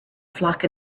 flock